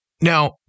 Now